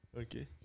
Okay